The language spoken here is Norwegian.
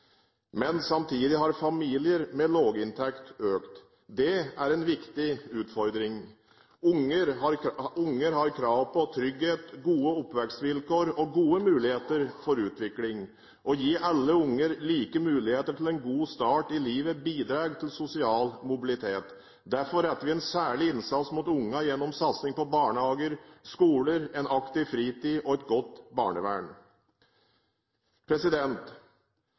Men samtidig har familier med lavinntekt økt. Det er en viktig utfordring. Unger har krav på trygghet, gode oppvekstvilkår og gode muligheter for utvikling. Å gi alle unger like muligheter til en god start i livet bidrar til sosial mobilitet. Derfor retter vi en særlig innsats mot ungene gjennom satsing på barnehager, skoler, en aktiv fritid og et godt barnevern.